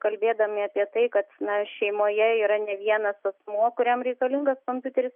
kalbėdami apie tai kad šeimoje yra ne vienas asmuo kuriam reikalingas kompiuteris